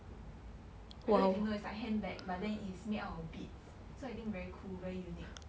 I don't know if you know it's like handbag but then it's made out of bids so I think very cool very unique